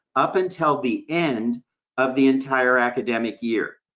up until the end of the entire academic year.